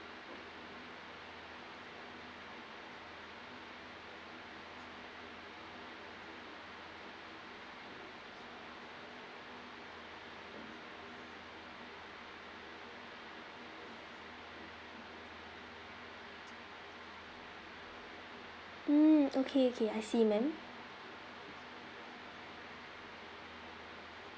mm okay okay I see ma'am